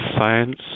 science